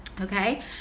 okay